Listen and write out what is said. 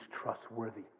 trustworthy